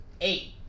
eight